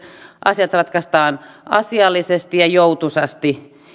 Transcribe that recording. asiat ratkaistaan asiallisesti ja joutuisasti